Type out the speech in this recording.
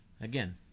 Again